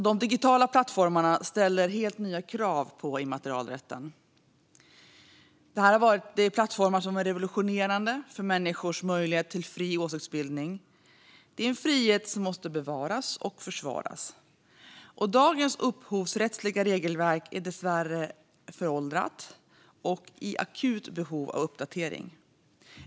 De digitala plattformarna ställer helt nya krav på immaterialrätten. Det är plattformar som har varit revolutionerande för människors möjligheter till fri åsiktsbildning. Det är en frihet som måste bevaras och försvaras. Dagens upphovsrättsliga regelverk är dessvärre föråldrat och i akut behov av uppdatering.